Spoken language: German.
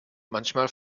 manchmal